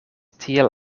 tiel